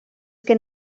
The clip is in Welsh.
gen